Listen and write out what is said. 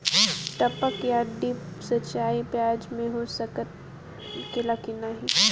टपक या ड्रिप सिंचाई प्याज में हो सकेला की नाही?